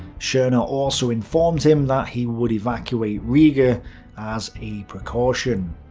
schorner also informed him that he would evacuate riga as a precaution.